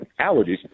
allergies